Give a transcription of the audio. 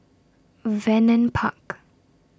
Vernon Park